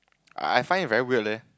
I I find it very weird leh